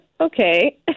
Okay